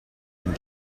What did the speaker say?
and